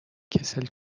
کسل